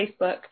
Facebook